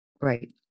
Right